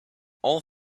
all